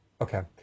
Okay